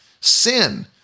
Sin